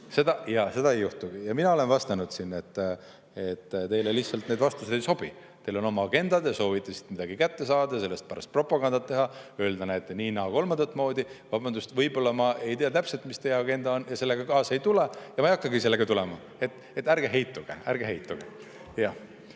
seda ei juhtugi. Mina olen siin vastanud, aga teile lihtsalt need vastused ei sobi. Teil on oma agenda, te soovite siit midagi kätte saada, sellest pärast propagandat teha ja öelda, et näete, nii, naa või kolmandat moodi. Vabandust, võib-olla ma ei tea täpselt, mis teie agenda on, ja sellega kaasa ei tule, aga ma ei hakkagi tulema. Nii et ärge heituge. Ärge heituge!